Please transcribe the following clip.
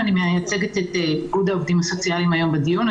ואני מייצגת את איגוד העובדים הסוציאליים היום בדיון.